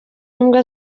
imbwa